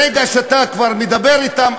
ברגע שאתה כבר מדבר אתם,